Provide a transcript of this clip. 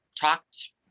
talked